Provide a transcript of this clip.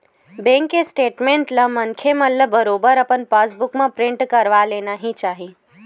bank के statement ला मनखे मन ल बरोबर अपन पास बुक म प्रिंट करवा लेना ही चाही